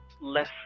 less